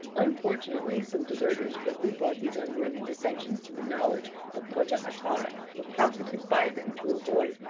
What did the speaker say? unfortunately some deserters quickly brought these unworthy dissensions to the knowledge of kodja-atar, who profited by them to avoid,